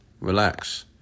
Relax